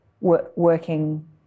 working